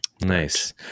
nice